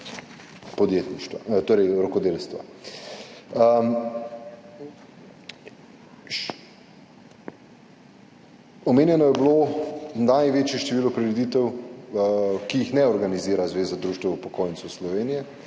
Omenjeno je bilo največje število prireditev, ki jih ne organizira Zveza društev upokojencev Slovenije.